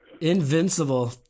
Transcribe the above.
invincible